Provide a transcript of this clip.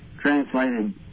translated